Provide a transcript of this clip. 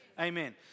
Amen